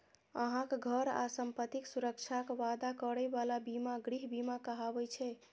अहांक घर आ संपत्तिक सुरक्षाक वादा करै बला बीमा गृह बीमा कहाबै छै